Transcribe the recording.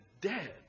dead